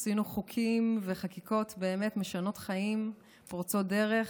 עשינו חוקים וחקיקות משני חיים ופורצי דרך,